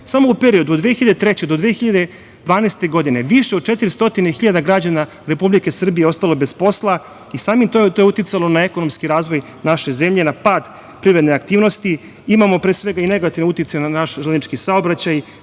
Samo u periodu od 2003. do 2012. godine više od 400.000 građana Republike Srbije ostalo je bez posla i samim tim to je uticalo na ekonomski razvoj naše zemlje, na pad privredne aktivnosti. Imamo pre svega i negativan uticaj na naš železnički saobraćaj,